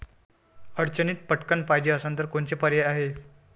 अडचणीत पटकण पायजे असन तर कोनचा पर्याय हाय?